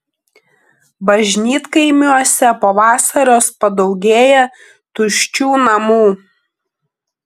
bažnytkaimiuose po vasaros padaugėja tuščių namų